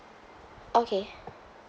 okay